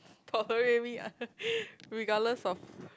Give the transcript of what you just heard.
tolerate me ah regardless of